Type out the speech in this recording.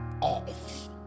off